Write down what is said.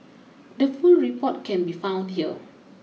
the full report can be found here